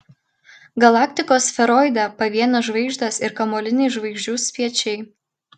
galaktikos sferoide pavienės žvaigždės ir kamuoliniai žvaigždžių spiečiai